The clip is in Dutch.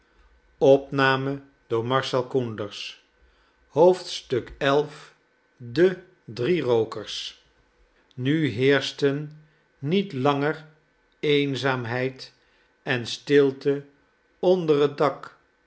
xi de dbie hookers nu heerschten niet langer eenzaamheid en stilte onder het dak